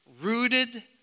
rooted